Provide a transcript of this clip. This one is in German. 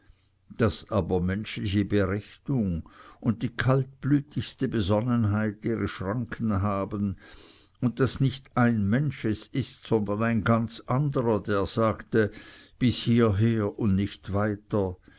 daß aber menschliche berechnung und die kaltblütigste besonnenheit ihre schranken haben und daß nicht ein mensch es ist sondern ein ganz anderer der sagt bis hieher und nicht weiter